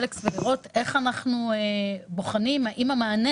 לראות איך אנחנו בוחנים האם המענה